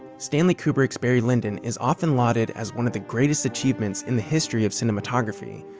stanley kubrick's barry lyndon is often lauded as one of the greatest achievements in the history of cinematography.